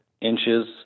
inches